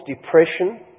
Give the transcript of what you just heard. depression